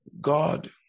God